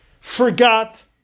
forgot